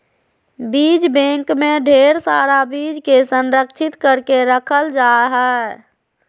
बीज बैंक मे ढेर सारा बीज के संरक्षित करके रखल जा हय